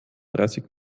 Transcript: dreißig